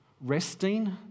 resting